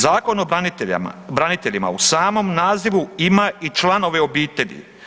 Zakon o braniteljima u samom nazivu ima i članove obitelji.